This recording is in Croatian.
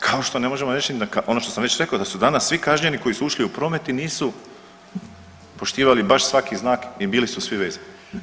Kao što ne možemo reći ni ono što sam već rekao da su danas svi kažnjeni koji su ušli u promet i nisu poštivali baš svaki znak i bili su svi vezani.